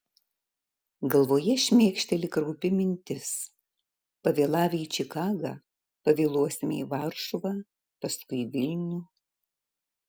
galvoje šmėkšteli kraupi mintis pavėlavę į čikagą pavėluosime į varšuvą paskui į vilnių